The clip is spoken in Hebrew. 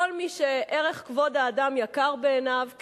כל מי שערך כבוד האדם יקר בעיניו,